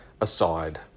aside